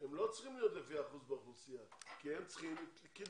הם לא צריכים להיות לפי האחוז באוכלוסייה כי הם צריכים קידום,